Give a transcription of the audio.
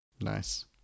Nice